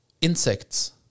insects